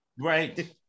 Right